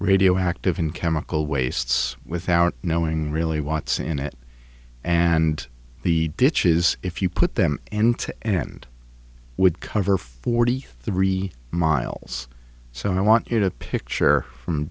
radioactive and chemical wastes without knowing really wants in it and the ditches if you put them end to end would cover forty three miles so i want you to picture from